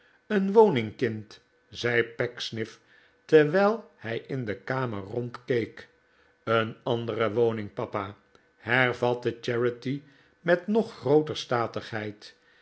een woning kind zei pecksniff terwijl hij in de kamer rondkeek t een andere woning papa hervatte charity met nog grooter statigheid